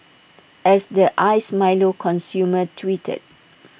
as the iced milo consumer tweeted